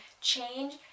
change